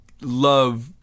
love